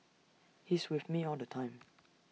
he's with me all the time